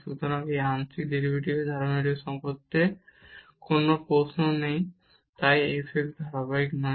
সুতরাং এই আংশিক ডেরিভেটিভের ধারাবাহিকতা সম্পর্কে কোন প্রশ্ন নেই তাই এই f x ধারাবাহিক নয়